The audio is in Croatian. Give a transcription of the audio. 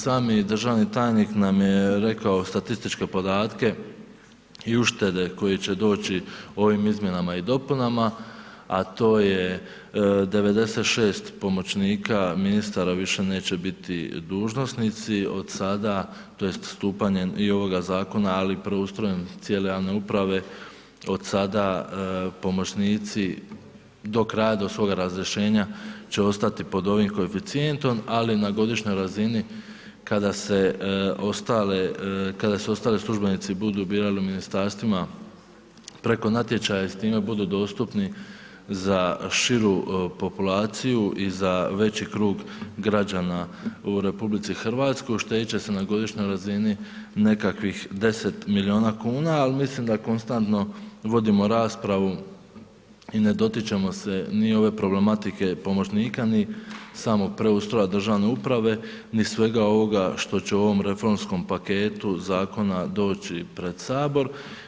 Sami državni tajnik nam je rekao statističke podatke i uštede koji će doći ovim izmjenama i dopunama, a to je 96 pomoćnika, ministara više neće biti dužnosnici, od sada, tj. stupanjem i ovoga zakona, ali i preustrojem cijele javne uprave, od sada pomoćnici do kraja do svoga razrješenja će ostati pod ovim koeficijentom, ali na godišnjoj razini, kada se ostali, kada se ostali službenici, budu birali u ministarstvima preko natječaja i s time budu dostupni za širu populaciju i za veći krug građana u RH, uštedjeti će se na godišnjoj razini nekakvih 10 milijuna kuna, ali mislim da konstanto vodimo raspravu i ne dotičemo se ni ove problematike pomoćnika ni samog preustroja državne uprave, ni svega ovoga što će u ovom reformskom paketu zakona doći pred Sabor.